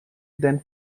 than